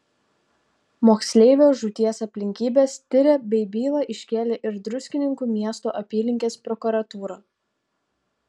moksleivio žūties aplinkybes tiria bei bylą iškėlė ir druskininkų miesto apylinkės prokuratūra